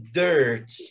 dirt